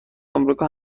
امریکا